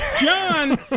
John